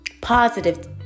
positive